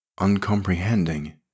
uncomprehending